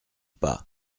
pas